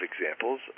examples